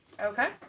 Okay